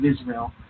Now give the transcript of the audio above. Israel